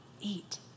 Eat